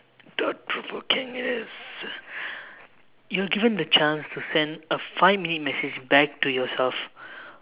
thought provoking it is you're given the chance to send a five minute message back to yourself